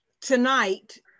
tonight